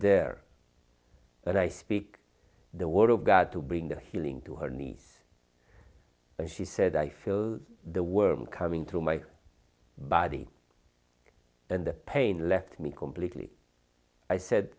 there but i speak the word of god to bring the healing to her knees and she said i feel the worm coming through my body and the pain left me completely i said